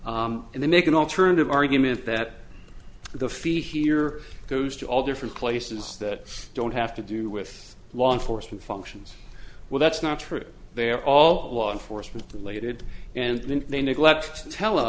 and then make an alternative argument that the fee here goes to all different places that don't have to do with law enforcement functions well that's not true they're all law enforcement related and then they neglect